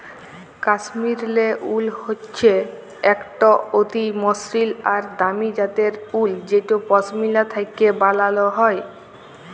কাশ্মীরলে উল হচ্যে একট অতি মসৃল আর দামি জ্যাতের উল যেট পশমিলা থ্যাকে ব্যালাল হয়